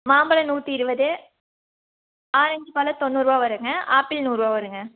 மாம்பழம் நூற்றி இருபது ஆரஞ்சு பழம் தொண்ணூறுரூவா வருங்க ஆப்பிள் நூறுரூவா வருங்க